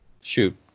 shoot